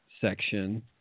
section